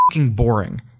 boring